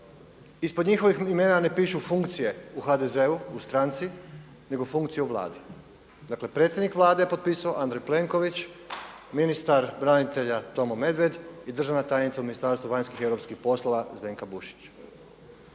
Ispod njihovih imena ne pišu funkcije u HDZ-u, u stranici, nego funkcije u Vladi. Dakle, predsjednik Vlade je potpisao, Andrej Plenković, ministar branitelja Tomo Medved i državna tajnica u Ministarstvu vanjskih i europskih poslova Zdenka Bušić.